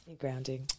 grounding